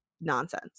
nonsense